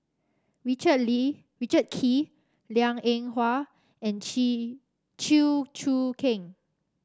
Richard Richard Kee Liang Eng Hwa and Chew Choo Keng